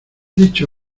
dicho